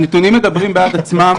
הנתונים מדברים בעד עצמם,